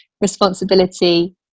responsibility